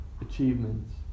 achievements